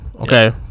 Okay